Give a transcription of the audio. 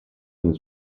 nel